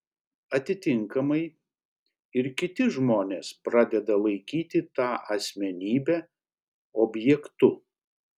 atitinkamai ir kiti žmonės pradeda laikyti tą asmenybę objektu